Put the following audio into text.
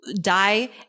die